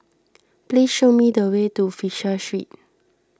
please show me the way to Fisher Street